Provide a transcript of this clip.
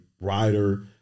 rider